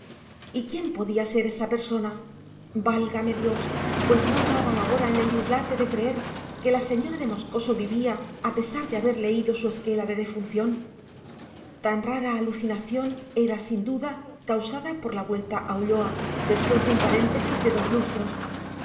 y quién podía ser esa persona válgame dios pues no daba ahora en el dislate de creer que la señora de moscoso vivía a pesar de haber leído su esquela de defunción tan rara alucinación era sin duda causada por la vuelta a ulloa después de un paréntesis de dos lustros